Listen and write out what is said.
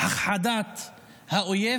בהכחדת האויב.